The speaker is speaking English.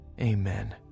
Amen